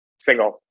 Single